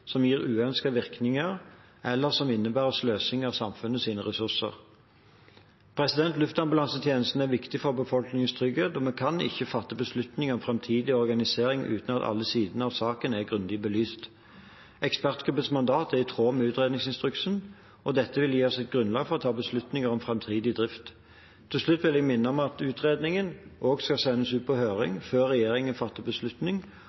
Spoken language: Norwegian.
som gir uønskede virkninger, eller som innebærer sløsing av samfunnets ressurser. Luftambulansetjenesten er viktig for befolkningens trygghet, og vi kan ikke fatte beslutninger om framtidig organisering uten at alle sidene av saken er grundig belyst. Ekspertgruppens mandat er i tråd med utredningsinstruksen, og dette vil gi oss et grunnlag for å ta beslutninger om framtidig drift. Til slutt vil jeg minne om at utredningen også skal sendes ut på høring før regjeringen fatter beslutning